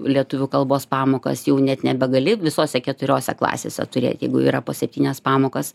lietuvių kalbos pamokas jau net nebegali visose keturiose klasėse turėti jeigu yra po septynias pamokas